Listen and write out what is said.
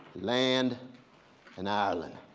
land and ireland.